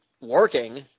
working